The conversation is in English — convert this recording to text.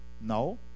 No